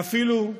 ואפילו,